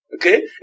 Okay